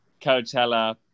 Coachella